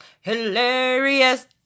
Hilarious